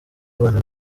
abana